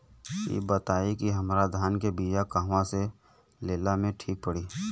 इ बताईं की हमरा धान के बिया कहवा से लेला मे ठीक पड़ी?